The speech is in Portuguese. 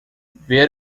ver